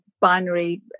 binary